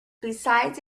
besides